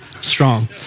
Strong